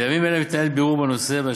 בימים אלה מתנהל בירור בנושא.